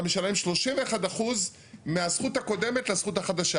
משלם 31% מהזכות הקודמת לזכות החדשה.